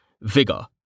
Vigor